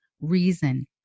reason